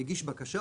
הגיש בקשה,